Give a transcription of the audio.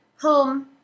Home